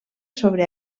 sobre